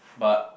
but